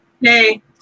Hey